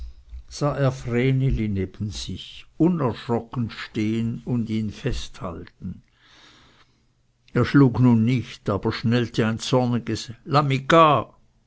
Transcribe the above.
sich unerschrocken stehn und ihn festhalten er schlug nun nicht aber schnellte ein zorniges